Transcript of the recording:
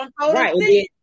Right